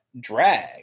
drag